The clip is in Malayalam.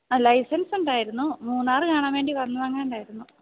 ലൈസൻസ് ഉണ്ടായിരുന്നു മൂന്നാർ കാണാൻ വേണ്ടി വന്നതെങ്ങാണ്ടായിരുന്നു